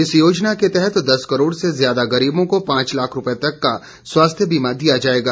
इस योजना के तहत दस करोड़ से ज्यादा गरीबों को पांच लाख रुपये तक का स्वास्थ्य बीमा दिया जाएगा